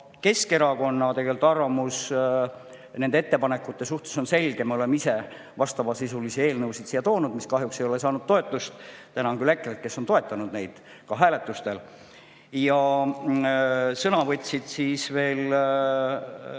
Keskerakonna arvamus nende ettepanekute suhtes on selge: me oleme ise vastavasisulisi eelnõusid siia toonud, mis kahjuks ei ole saanud toetust. Tänan küll EKRE‑t, kes on toetanud neid ka hääletustel. Sõna võttis Aivar